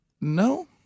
No